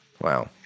Wow